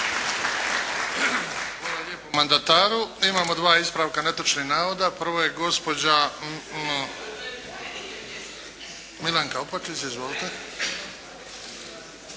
Hvala lijepo mandataru. Imamo dva ispravka netočnih navoda. Prvo je gospođa …… /Upadica se